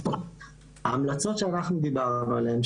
ההמלצות שאנחנו דיברנו עליהן,